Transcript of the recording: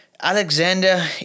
Alexander